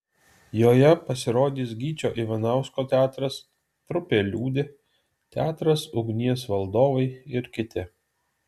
joje pasirodys gyčio ivanausko teatras trupė liūdi teatras ugnies valdovai ir kiti